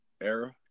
era